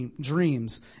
dreams